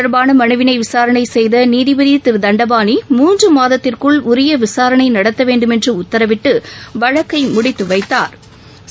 தொடர்பாகமனுவினைவிசாரணைசெய்தநீதிபதிதிருதண்டபாணி இத மூன்றுமாதத்திற்குள் உரியவிசாரணைநடத்தவேண்டுமென்றுஉத்தரவிட்டு வழக்கைமுடித்துவைத்தாா்